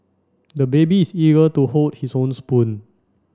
the baby is eager to hold his own spoon